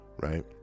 right